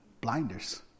Blinders